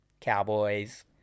cowboys